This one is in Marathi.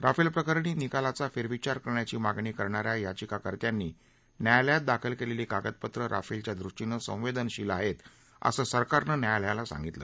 राफेल प्रकरणी निकालाचा फेरविचार करण्याची मागणी करणाऱ्या याचिकाकर्त्यांनी न्यायालयात दाखल केलेली कागदपत्रं राफेलच्या ृष्टीनं संवेदनशील आहेत असं सरकारनं न्यायालयाला सांगितलं